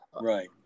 right